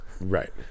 right